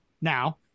now